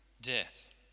death